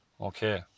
Okay